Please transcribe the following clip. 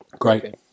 Great